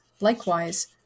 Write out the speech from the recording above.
likewise